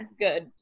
good